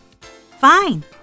Fine